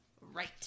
right